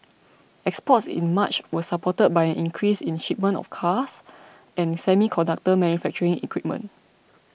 exports in March was supported by an increase in shipments of cars and semiconductor manufacturing equipment